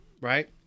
right